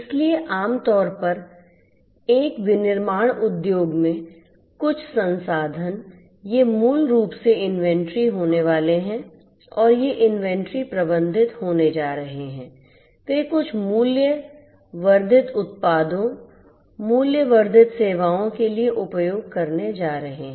इसलिए आम तौर पर एक विनिर्माण उद्योग में कुछ संसाधन ये मूल रूप से इन्वेंट्री होने वाले हैं और ये इन्वेंट्री प्रबंधित होने जा रहे हैं वे कुछ मूल्य वर्धित उत्पादों मूल्य वर्धित सेवाओं के लिए उपयोग करने जा रहे हैं